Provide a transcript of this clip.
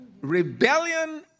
Rebellion